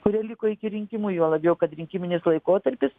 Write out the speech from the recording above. kurie liko iki rinkimų juo labiau kad rinkiminis laikotarpis